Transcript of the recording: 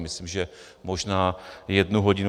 Myslím, že možná jednu hodinu.